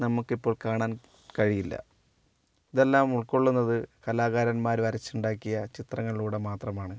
നമുക്കിപ്പോൾ കാണാൻ കഴിയില്ല ഇതെല്ലാം ഉൾക്കൊള്ളുന്നത് കലാകാരൻമാർ വരച്ചുണ്ടാക്കിയ ചിത്രങ്ങളിലൂടെ മാത്രമാണ്